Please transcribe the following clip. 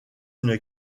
une